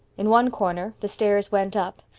in one corner the stairs went up,